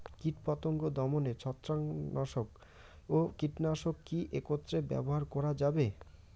কীটপতঙ্গ দমনে ছত্রাকনাশক ও কীটনাশক কী একত্রে ব্যবহার করা যাবে?